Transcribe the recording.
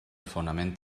fonament